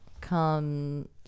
come